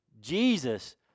Jesus